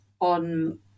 on